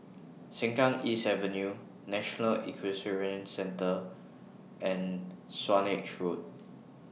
Sengkang East Avenue National Equestrian Centre and Swanage Road